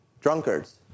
drunkards